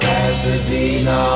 Pasadena